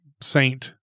saint